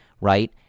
right